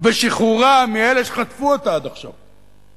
ושחרורה מאלה שחטפו אותה עד עכשיו.